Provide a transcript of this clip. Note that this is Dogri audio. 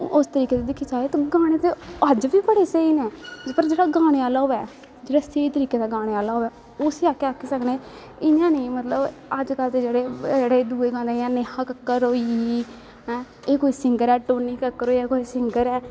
उस तरीके दी दिक्खी जाए ते गाने ते अज्ज बी बड़े स्हेई नै पर जेह्ड़ा गाने आह्ला होऐ जेह्ड़ा स्हेई तरीके दा गाने आह्ला होऐ उसी अस आक्खी सकने इयां नेंई मतलव अज कल दे जेह्ड़े दुऐ गाने जियां नेहा ककर होई हैं एह् कोई सिंगर ऐ टोनी ककर होया कोई सिंगर ऐ